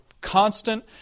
constant